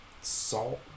salt